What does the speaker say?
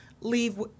leave